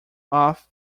off